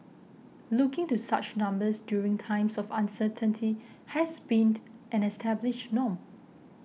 looking to such numbers during times of uncertainty has been an established norm